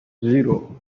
zero